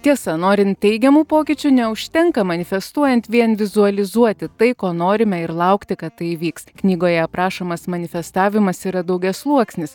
tiesa norint teigiamų pokyčių neužtenka manifestuojant vien vizualizuoti tai ko norime ir laukti kad tai įvyks knygoje aprašomas manifestavimas yra daugiasluoksnis